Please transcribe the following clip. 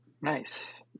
Nice